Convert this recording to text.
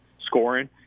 scoring